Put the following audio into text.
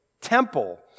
temple